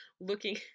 looking